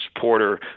Porter